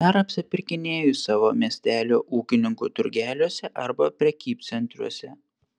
dar apsipirkinėju savo miestelio ūkininkų turgeliuose arba prekybcentriuose